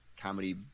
comedy